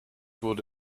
wurde